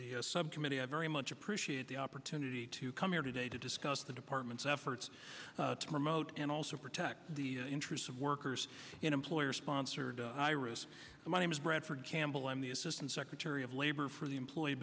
the subcommittee i very much appreciate the opportunity to come here today to discuss the department's efforts to promote and also protect the interests of workers in employer sponsored iris bradford campbell i'm the assistant secretary of labor for the employee